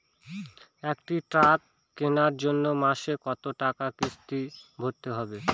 একটি ট্র্যাক্টর কেনার জন্য মাসে কত টাকা কিস্তি ভরতে হবে?